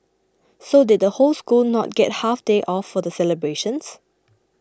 so did the whole school not get half day off for the celebrations